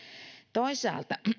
toisaalta